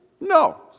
No